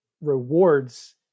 rewards